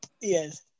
yes